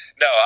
No